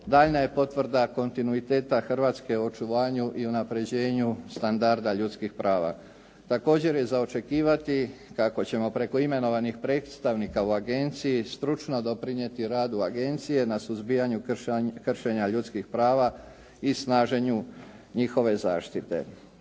daljnja je potvrda kontinuiteta Hrvatske u očuvanju i unapređenju standarda ljudskih prava. Također je za očekivati kako ćemo preko imenovanih predstavnika u agenciji stručno doprinijeti radu agencije na suzbijanju kršenja ljudskih prava i snaženju njihove zaštite.